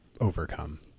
overcome